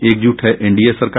एकजुट है एनडीए सरकार